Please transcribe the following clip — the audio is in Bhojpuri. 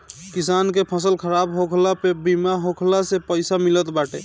किसानन के फसल खराब होखला पअ बीमा होखला से पईसा मिलत बाटे